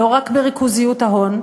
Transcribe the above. לא רק בריכוזיות ההון.